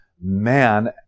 man